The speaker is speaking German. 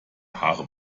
haare